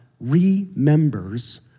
remembers